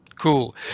Cool